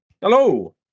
Hello